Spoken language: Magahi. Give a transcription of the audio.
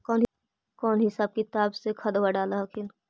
कौन हिसाब किताब से खदबा डाल हखिन?